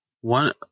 One